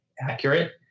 accurate